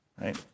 Right